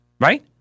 right